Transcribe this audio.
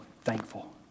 thankful